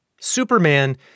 superman